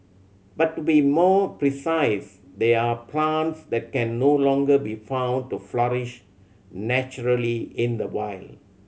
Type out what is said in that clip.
but to be more precise they're plants that can no longer be found to flourish naturally in the wild